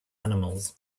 animals